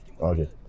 Okay